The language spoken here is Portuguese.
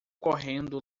correndo